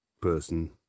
person